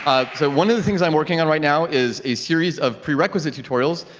one of the things i'm working on right now is a series of prerequisite tutorials,